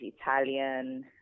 Italian